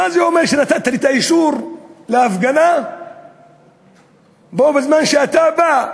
מה זה אומר שנתת לי אישור להפגנה ובו בזמן אתה בא,